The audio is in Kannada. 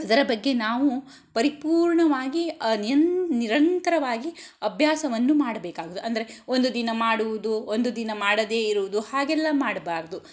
ಅದರ ಬಗ್ಗೆ ನಾವು ಪರಿಪೂರ್ಣವಾಗಿ ನಿಯಂ ನಿರಂತರವಾಗಿ ಅಭ್ಯಾಸವನ್ನು ಮಾಡಬೇಕಾಗುತ್ತದೆ ಅಂದರೆ ಒಂದು ದಿನ ಮಾಡುವುದು ಒಂದು ದಿನ ಮಾಡದೆ ಇರುವುದು ಹಾಗೆಲ್ಲ ಮಾಡ್ಬಾರದು